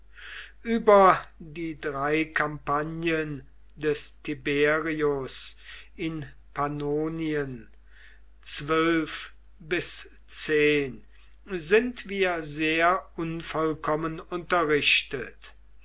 über die drei kampagnen des tiberius in pannonien bis zehn sind wir sehr unvollkommen unterrichtet